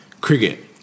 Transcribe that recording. cricket